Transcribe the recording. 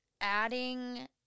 adding